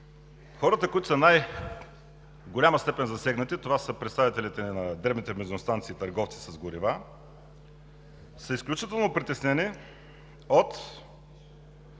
хората, които в най-голяма степен са засегнати – представителите на дребните бензиностанции и търговците с горива, са изключително притеснени от